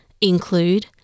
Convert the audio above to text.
include